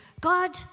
God